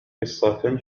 قصة